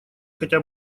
хотя